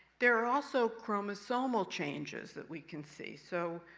there are also chromosomal changes that we can see. so,